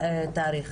תודה.